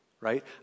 Right